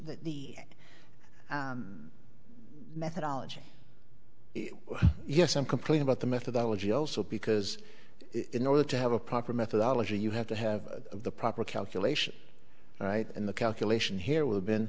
methodology yes some complain about the methodology also because in order to have a proper methodology you have to have the proper calculation right in the calculation here would have been